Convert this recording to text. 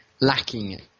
lacking